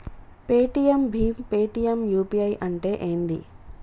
Paytm భీమ్ Paytm UPI అంటే ఏంది?